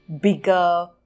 bigger